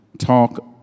talk